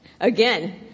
again